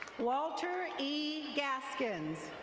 walter e. gaskins.